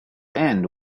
end